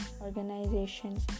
organizations